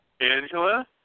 Angela